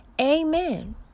amen